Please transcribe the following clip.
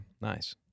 nice